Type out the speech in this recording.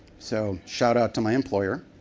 so shout out to my employer.